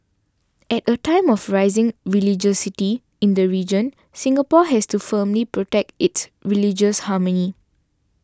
at a time of rising religiosity in the region Singapore has to firmly protect its religious harmony